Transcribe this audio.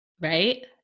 Right